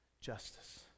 Justice